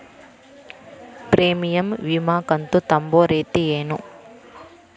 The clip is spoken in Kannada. ಪ್ರೇಮಿಯಂ ವಿಮಾ ಕಂತು ತುಂಬೋ ರೇತಿ ಏನು?